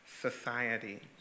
society